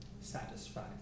satisfied